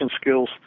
skills